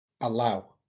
allow